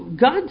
God